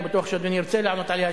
אני בטוח שאדוני ירצה לענות עליה.